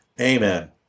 Amen